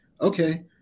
Okay